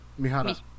Mihara